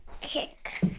kick